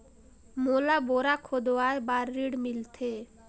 मोला बोरा खोदवाय बार ऋण मिलथे?